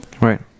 right